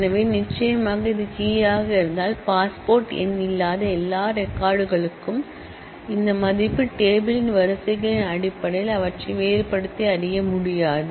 எனவே நிச்சயமாக இது கீ ஆக இருந்தால் பாஸ்போர்ட் எண் இல்லாத எல்லா ரெக்கார்ட் களுக்கும் இந்த மதிப்பு டேபிள் ன் வரிசைகளின் அடிப்படையில் அவற்றை வேறுபடுத்தி அறிய முடியாது